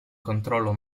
controllo